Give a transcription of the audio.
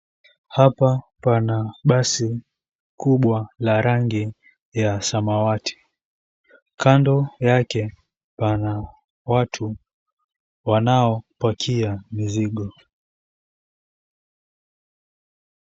Hapa pana basi kubwa la rangi ya samawati, kando yake pana watu wanaopakia mizigo.